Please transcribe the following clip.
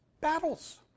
Battles